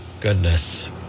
goodness